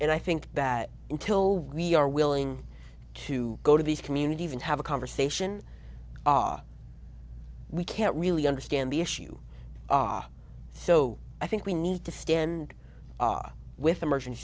and i think that until we are willing to go to these communities and have a conversation ah we can't really understand the issue ah so i think we need to stand with emergency